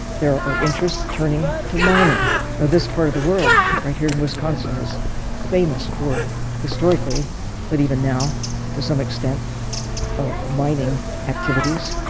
there are interests turning to mining this part of the world right here in wisconsin is famous for historically but even now to some extent mining activities,